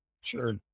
Sure